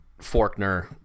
Forkner